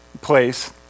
place